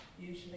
usually